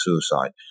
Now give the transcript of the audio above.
suicide